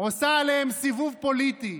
עושה עליהם סיבוב פוליטי.